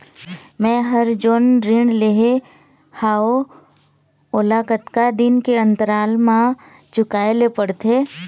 मैं हर जोन ऋण लेहे हाओ ओला कतका दिन के अंतराल मा चुकाए ले पड़ते?